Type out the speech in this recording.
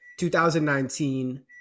2019